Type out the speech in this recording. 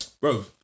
bro